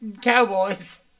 cowboys